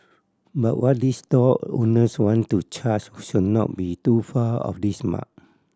but what these stall owners want to charge should not be too far of this mark